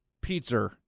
Pizza